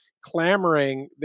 clamoring